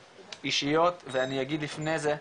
אישיות ואני אגיד לפני זה,